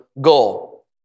goal